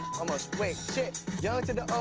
almost. wait. shit. young